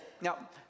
Now